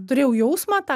turėjau jausmą tą